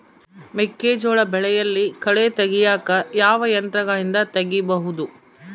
ಮೆಕ್ಕೆಜೋಳ ಬೆಳೆಯಲ್ಲಿ ಕಳೆ ತೆಗಿಯಾಕ ಯಾವ ಯಂತ್ರಗಳಿಂದ ತೆಗಿಬಹುದು?